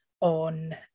on